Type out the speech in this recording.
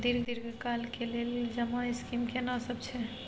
दीर्घ काल के लेल जमा स्कीम केना सब छै?